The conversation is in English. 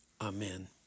Amen